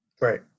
Right